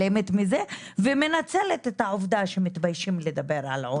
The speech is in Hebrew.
אבל אני חושבת שהגיע הזמן לתוכנית מקצועית,